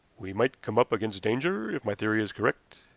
we might come up against danger if my theory is correct.